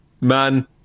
man